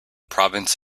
province